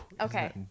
Okay